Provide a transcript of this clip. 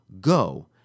Go